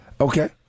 Okay